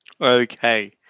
Okay